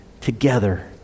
together